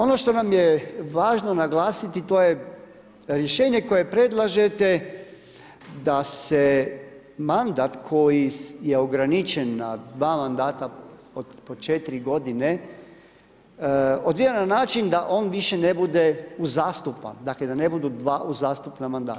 Ono što nam je važno naglasiti a to je rješenje koje predlažete da se mandat koji je ograničen na dva mandata od po 4 godine odvija na način da on više ne bude uzastupan, dakle da ne budu dva uzastopna mandata.